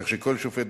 כך שכל שופט,